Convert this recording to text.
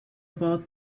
about